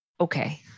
Okay